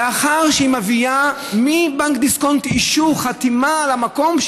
לאחר שהיא מביאה מבנק דיסקונט אישור חתימה על המקום,